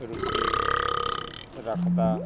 ਰੁਚੀ ਰੱਖਦਾ